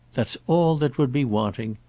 that's all that would be wanting!